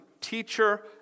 teacher